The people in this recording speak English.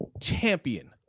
champion